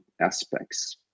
aspects